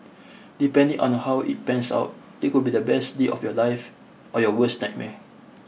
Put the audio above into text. depending on how it pans out it could be the best day of your life or your worst nightmare